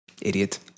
Idiot